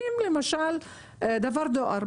אם למשל שולחים דבר דואר,